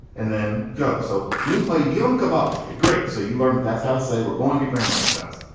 and then go. so we played yeom co-published. great. so you learn it. that's how to say we're going to grandmother's house.